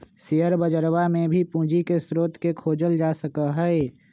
share बजरवा में भी पूंजी के स्रोत के खोजल जा सका हई